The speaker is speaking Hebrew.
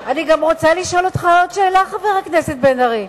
אני רוצה לשאול אותך עוד שאלה, חבר הכנסת בן-ארי.